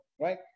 right